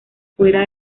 fuera